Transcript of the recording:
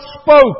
spoke